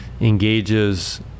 engages